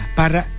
para